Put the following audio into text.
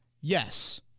Yes